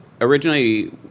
Originally